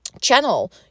channel